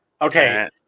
Okay